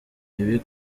ibi